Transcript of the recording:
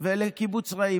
ולקיבוץ רעים.